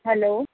hello